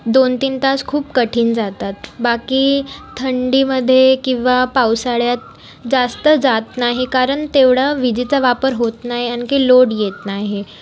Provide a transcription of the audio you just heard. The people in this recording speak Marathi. दोन तीन तास खूप कठीण जातात बाकी थंडीमध्ये किंवा पावसाळ्यात जास्त जात नाही कारण तेवढा विजेचा वापर होत नाही आणखी लोड येत नाही